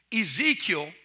Ezekiel